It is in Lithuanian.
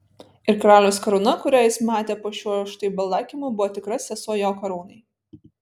ir karaliaus karūna kurią jis matė po šiuo štai baldakimu buvo tikra sesuo jo karūnai